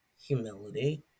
humility